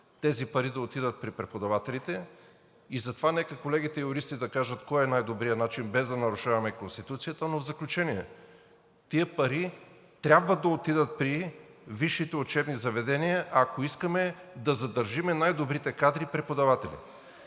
тези пари да отидат при преподавателите и затова нека колегите юристи да кажат кой е най-добрият начин, без да нарушаваме Конституцията. В заключение, тези пари трябва да отидат при висшите учебни заведения, ако искаме да задържим най-добрите кадри за преподаватели.